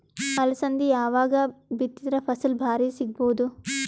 ಅಲಸಂದಿ ಯಾವಾಗ ಬಿತ್ತಿದರ ಫಸಲ ಭಾರಿ ಸಿಗಭೂದು?